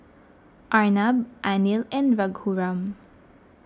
Arnab Anil and Raghuram